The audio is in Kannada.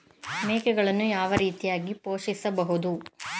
ಮೇಕೆಗಳನ್ನು ಯಾವ ರೀತಿಯಾಗಿ ಪೋಷಿಸಬಹುದು?